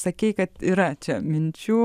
sakei kad yra čia minčių